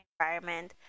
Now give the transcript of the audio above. environment